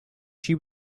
she